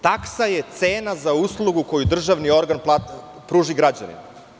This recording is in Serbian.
Taksa je cena za uslugu koju državni organ pruži građaninu.